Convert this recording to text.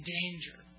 danger